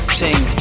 sing